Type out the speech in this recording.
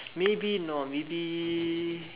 maybe no maybe